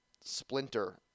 splinter